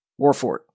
Warfort